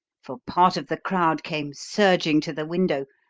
for part of the crowd came surging to the window,